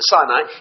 Sinai